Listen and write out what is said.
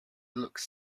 looks